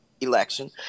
election